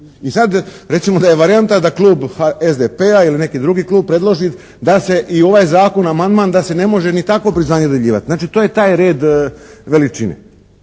i sad recimo da je varijanta da klub SDP-a ili neki drugi klub predloži da se i ovaj Zakon, amandman da se ne može ni takvo priznanje dodjeljivati. Znači to je taj red veličine.